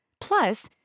Plus